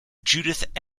judith